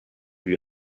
lui